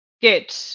Good